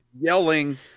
yelling